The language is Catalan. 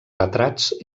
retrats